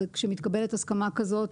אלא כשמתקבלת הסכמה כזאת.